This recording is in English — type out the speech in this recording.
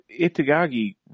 Itagagi